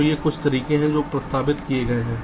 तो ये कुछ तरीके हैं जो प्रस्तावित किए गए हैं